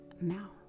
now